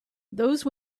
those